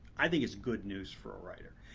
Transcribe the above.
i think it's good news for a writer.